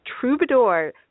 Troubadour